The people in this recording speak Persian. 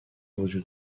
وجود